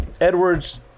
Edwards